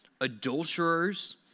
adulterers